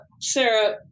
sarah